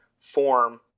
form